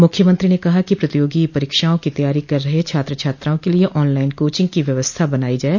मुख्यमंत्री ने कहा कि प्रतियोगी परीक्षाओं की तैयारी कर रहे छात्र छात्राओं के लिये ऑन लाइन कोचिंग की व्यवस्था बनाई जाये